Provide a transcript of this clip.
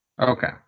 Okay